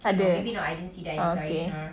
ada oh okay